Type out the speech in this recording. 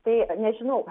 tai nežinau